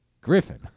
Griffin